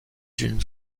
unes